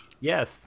Yes